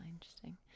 Interesting